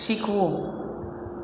શીખવું